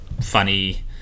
funny